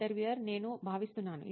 interviewer నేను భావిస్తున్నాను